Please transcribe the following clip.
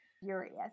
furious